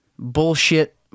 bullshit